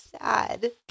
sad